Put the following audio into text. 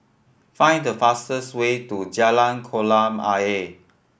find the fastest way to Jalan Kolam Ayer